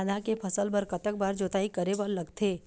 आदा के फसल बर कतक बार जोताई करे बर लगथे?